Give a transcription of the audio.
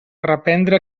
reprendre